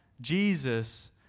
Jesus